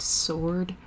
sword